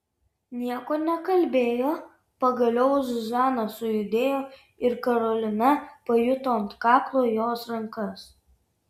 nieko nekalbėjo pagaliau zuzana sujudėjo ir karolina pajuto ant kaklo jos rankas